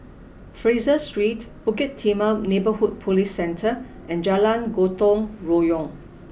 Fraser Street Bukit Timah Neighbourhood Police Centre and Jalan Gotong Royong